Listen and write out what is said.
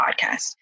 podcast